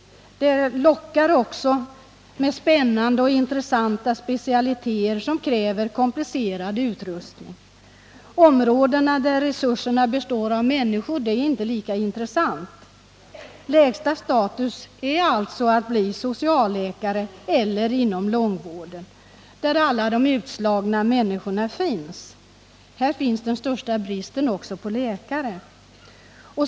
Den specialiteten lockar också med spännande och intressanta uppgifter som kräver en komplicerad utrustning. De områden där resurserna består av människor är inte lika intressanta. Lägsta status ger det alltså att vara socialläkare eller läkare inom långvården, där alla de utslagna människorna finns. Här finns också den största bristen på läkare.